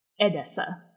Edessa